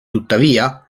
tuttavia